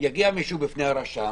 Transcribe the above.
יגיד מישהו לפני הרשם,